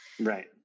Right